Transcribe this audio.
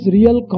real